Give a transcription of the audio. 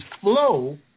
flow